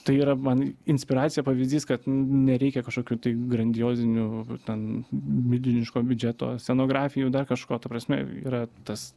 tai yra man inspiracija pavyzdys kad nereikia kažkokių grandiozinių ten milžiniško biudžeto scenografijų dar kažko ta prasme yra tas